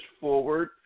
forward